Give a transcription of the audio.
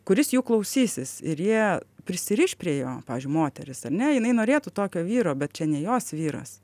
kuris jų klausysis ir jie prisiriš prie jo pavyzdžiui moteris ar ne jinai norėtų tokio vyro bet čia ne jos vyras